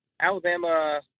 Alabama